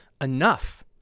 enough